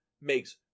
makes